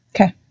Okay